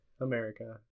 America